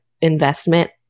investment